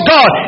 God